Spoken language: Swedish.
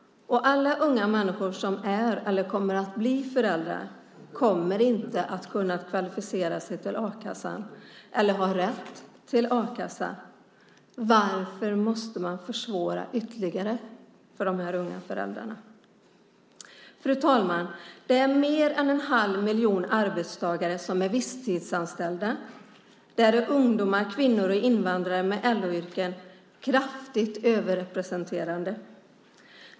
Alla unga människor som är eller kommer att bli föräldrar kommer inte att kunna kvalificera sig till a-kassan eller ha rätt till a-kassa. Varför måste man försvåra ytterligare för dessa unga föräldrar? Fru talman! Det är mer än en halv miljon arbetstagare som är visstidsanställda. Där är ungdomar, kvinnor och invandrare med LO-yrken kraftigt överrepresenterade.